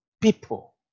people